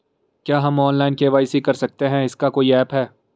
क्या हम online KYC कर सकते हैं इसका कोई ऐप है?